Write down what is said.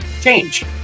change